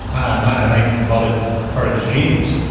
i might call it part of his genius,